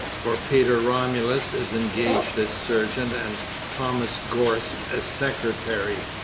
for peter romulus is engaged as surgeon and thomas gorst as secretary.